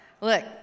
Look